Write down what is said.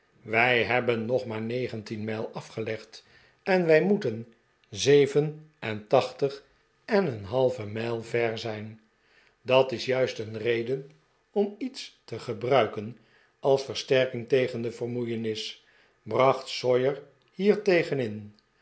wij hebben nog maar negentien mijl afgelegd en wij moeten zeven en tachtig en een halve mijl ver zijn dat is juist een reden om iets te gebruiken als versterking tegen de vermoeienis bracht sawyer hiertegen in